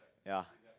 ya